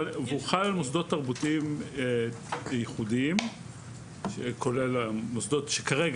מוסדות תרבותיים ייחודיים שכוללים כרגע